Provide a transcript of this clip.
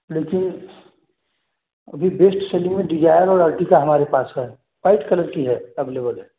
अभी best selling में Dzire और अर्टिगा हमारे पास है वाइट कलर की है अगले वाले